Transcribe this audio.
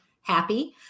happy